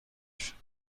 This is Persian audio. شون